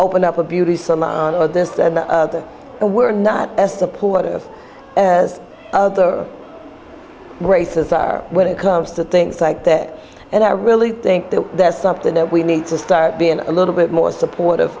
open up a beauty salon or this and that and we're not as supportive as other races are when it comes to things like that and i really think that that's something that we need to start being a little bit more supportive